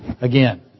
again